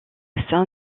sein